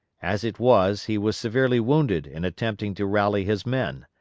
as it was, he was severely wounded in attempting to rally his men.